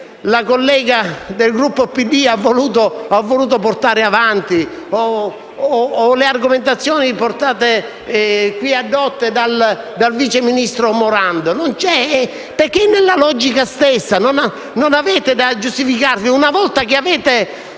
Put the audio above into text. la collega del Gruppo PD ha voluto portare avanti o le argomentazioni addotte dal vice ministro Morando, perché è nella logica stessa. Non avete da giustificarvi: una volta che non avete